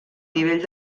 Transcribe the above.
nivell